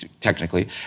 technically